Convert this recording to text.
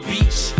Beach